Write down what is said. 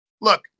look